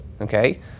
okay